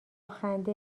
خنده